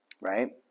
right